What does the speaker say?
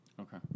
Okay